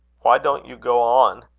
why don't you go on?